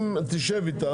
תשב איתם.